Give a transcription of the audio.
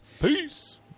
Peace